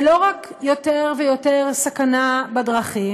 זה לא רק יותר ויותר סכנה בדרכים,